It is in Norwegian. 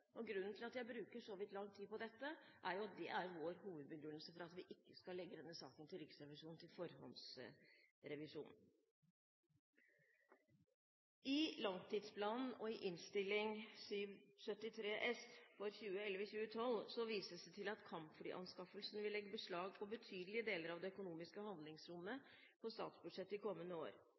Grunnen til at jeg bruker så vidt lang tid på dette, er vår hovedbegrunnelse for at vi ikke skal legge denne saken til Riksrevisjonen til forhåndsrevisjon. I langtidsplanen og i Prop. 73 S for 2011–2012 vises det til at kampflyanskaffelsen vil legge beslag på betydelige deler av det økonomiske handlingsrommet i statsbudsjettet i kommende år.